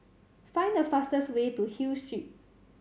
find the fastest way to Hill Street